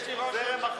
יש לי רושם, יש לי רושם,